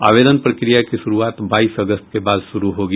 आवेदन प्रक्रिया की शुरूआत बाईस अगस्त के बाद शुरू होगी